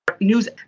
News